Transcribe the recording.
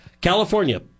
California